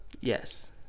Yes